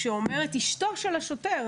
שאומרת אשתו של השוטר: